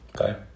Okay